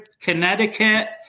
Connecticut